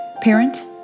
parent